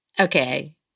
okay